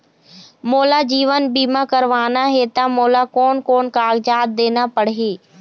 मोला जीवन बीमा करवाना हे ता मोला कोन कोन कागजात देना पड़ही?